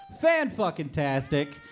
Fan-fucking-tastic